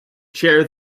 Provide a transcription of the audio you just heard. chair